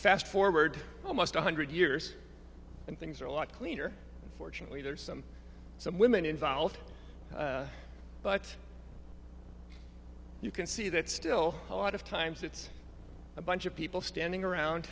fast forward almost a hundred years and things are a lot cleaner and fortunately there are some some women involved but you can see that still a lot of times it's a bunch of people standing around